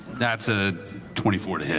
that's a twenty four to hit.